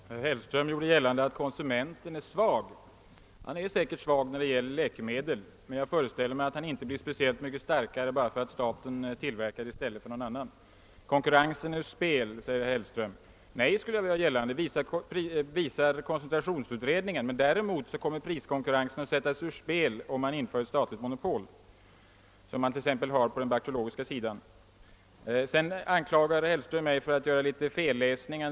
Herr talman! Herr Hellström gjorde gällande att konsumenten är svag. Ja, hans ställning är säkerligen svag när det gäller läkemedel, men jag föreställer mig att han inte blir speciellt mycket starkare bara därför att staten i stället för någon annan tillverkar läkemedlen. Konkurrensen är satt ur spel, säger herr Hellström vidare. Nej, skulle jag vilja säga — det visar koncentrationsutredningen. Men däremot kommer priskonkurrensen att sättas ur spel om man inför ett statligt monopol, som man har t.ex. på den bakteriologiska sidan. Sedan anklagar herr Hellström mig för att felaktigt tolka prisindex.